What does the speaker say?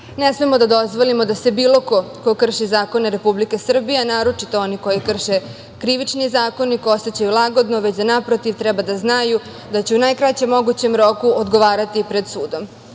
ne smemo da dozvolimo da se bilo ko ko krši zakone Republike Srbije, a naročito oni koji krše Krivični zakonik, osećaju lagodno, već da, naprotiv, treba da znaju da će u najkraćem mogućem roku odgovarati pred sudom.